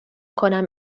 کنم